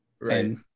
Right